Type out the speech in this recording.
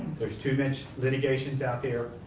there's too much litigations out there.